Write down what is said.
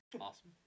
awesome